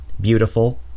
Beautiful